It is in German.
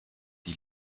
die